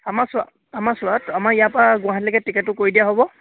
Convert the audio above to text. আমাৰ চোৱা আমাৰ চোৱা আমাৰ ইয়াৰ পৰা গুৱাহাটীলৈকে টিকেটটো কৰি দিয়া হ'ব